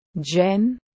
jen